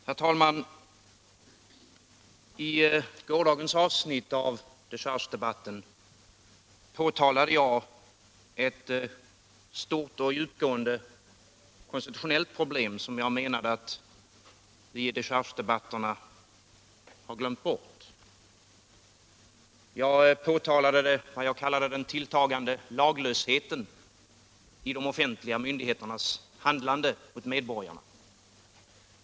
Herr talman! I gårdagens avsnitt av dechargedebatten påtalade jag ett stort och djupgående konstitutionellt problem som jag menade att vi i dechargedebatterna har glömt bort. Jag påtalade vad jag kallade den tilltagande laglösheten i de offentliga myndigheternas handlande mot medborgarna.